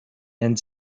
and